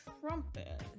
trumpet